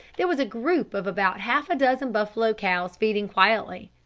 there was a group of about half a dozen buffalo cows feeding quietly,